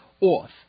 off